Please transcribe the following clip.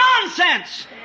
Nonsense